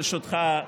ברשותך,